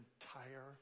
entire